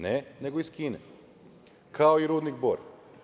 Ne, nego iz Kine, kao i rudnik "Bor"